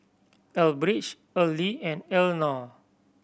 Elbridge Earley and Elenor